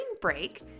break